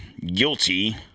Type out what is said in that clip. guilty